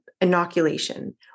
inoculation